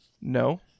No